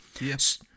Yes